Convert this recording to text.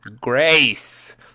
grace